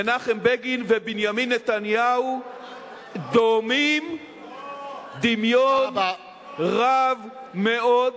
מנחם בגין ובנימין נתניהו דומים דמיון רב מאוד.